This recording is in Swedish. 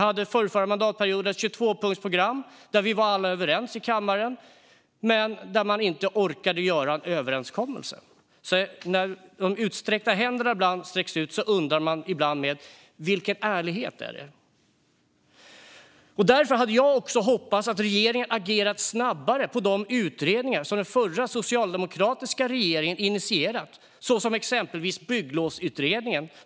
Under förrförra mandatperioden fanns ett 22-punktsprogram. Vi var alla överens i kammaren, men det fanns inte ork för en överenskommelse. Ibland undrar man vilken ärlighet som finns bakom de utsträckta händerna. Därför hoppades jag att regeringen skulle agera snabbare på de utredningar som den förra socialdemokratiska regeringen initierade, till exempel bygglovsutredningen.